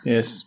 Yes